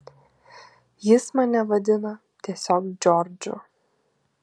jis mane vadina tiesiog džordžu